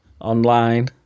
online